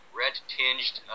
red-tinged